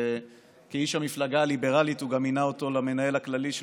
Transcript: וכאיש המפלגה הליברלית הוא גם מינה אותו למנהל הכללי של